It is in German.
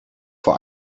vor